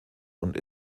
und